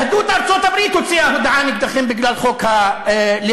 יהדות ארצות-הברית הוציאה הודעה נגדכם בגלל חוק הלאום.